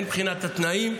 הן מבחינת התנאים,